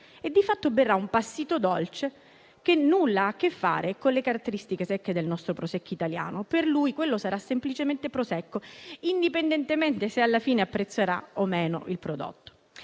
di fatto, berrà un passito dolce, che nulla ha a che fare con le caratteristiche secche del nostro Prosecco italiano; per lui quello sarà semplicemente Prosecco, indipendentemente dal fatto che alla fine apprezzerà o no il prodotto.